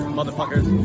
motherfuckers